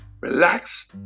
relax